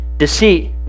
Deceit